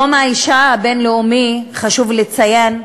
יום האישה הבין-לאומי, חשוב לציין,